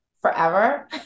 forever